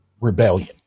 rebellion